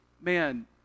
man